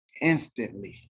Instantly